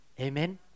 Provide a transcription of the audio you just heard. Amen